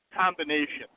combination